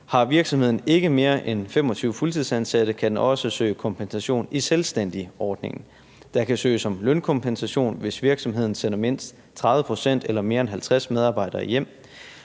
Har virksomheden ikke mere end 25 fuldtidsansatte, kan den også søge kompensation i selvstændigordningen. Der kan søges om lønkompensation, hvis virksomheden sender mindst 30 pct. eller mere end 50 medarbejdere hjem.